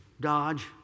Dodge